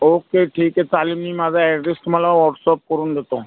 okay ठीक आहे चालेल मी माझा ॲड्रेस तुम्हाला व्हॉटस्ॲप करून देतो